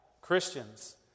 Christians